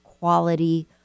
quality